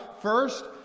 First